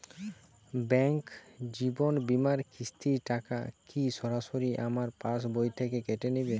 Bank জীবন বিমার কিস্তির টাকা কি সরাসরি আমার পাশ বই থেকে কেটে নিবে?